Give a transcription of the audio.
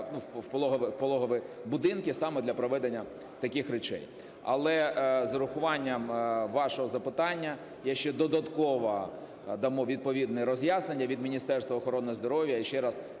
є пологові будинки, саме для проведення таких речей. Але з урахуванням вашого запитання, ще додатково дамо відповідне роз'яснення від Міністерства охорони здоров'я